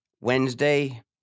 Wednesday